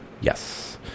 Yes